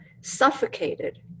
suffocated